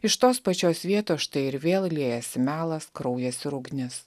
iš tos pačios vietos štai ir vėl liejasi melas kraujas ir ugnis